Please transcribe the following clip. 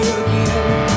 again